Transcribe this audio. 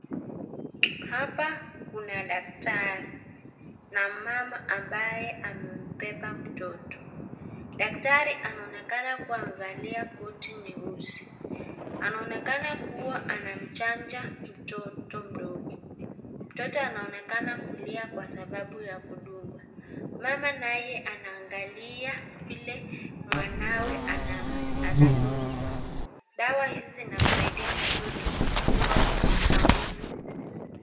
Hapa kuna daktari na mama ambaye amembeba mtoto, daktari anaonekana kuwa amevalia koti nyeusi, anaonekana kuwa anachanja mtoto mdogo mtoto anaonekana kulia kwasababu ya kudungwa, mama naye anaangalia vile mwanawe anadungwa, dawa hizi zinamsaidia mtoto kuwa na nguvu.